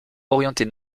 orientée